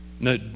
No